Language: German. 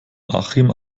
achim